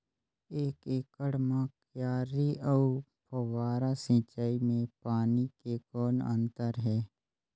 एक एकड़ म क्यारी अउ फव्वारा सिंचाई मे पानी के कौन अंतर हे?